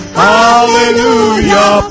hallelujah